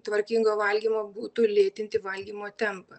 tvarkingo valgymo būtų lėtinti valgymo tempą